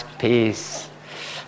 peace